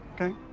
Okay